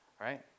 right